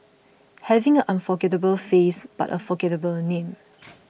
having an unforgettable face but a forgettable name